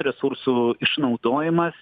resursų išnaudojimas